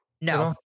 No